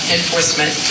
enforcement